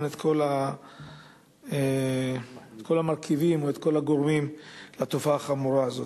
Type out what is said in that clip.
את כל המרכיבים או את כל הגורמים לתופעה החמורה הזאת.